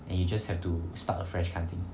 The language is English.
then you just have to start afresh kind of thing